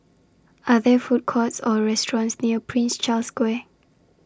Are There Food Courts Or restaurants near Prince Charles Square